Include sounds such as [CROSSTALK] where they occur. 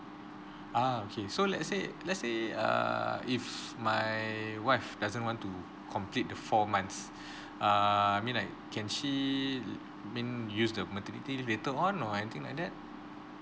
ah okay so let's say let's say err if my wife doesn't want to complete the four months [BREATH] err I mean like can she mean use the maternity later on or anything like that